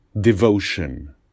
devotion